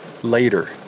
later